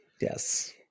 Yes